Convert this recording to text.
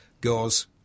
goes